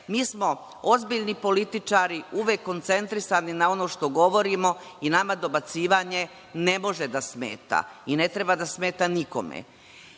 Mi smo ozbiljni političari, uvek koncentrisani na ono što govorimo i nama dobacivanje ne može da smeta i ne treba da smeta nikome.